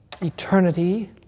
eternity